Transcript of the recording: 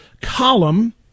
column